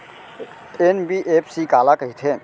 NBFC काला कहिथे?